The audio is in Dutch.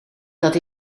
dat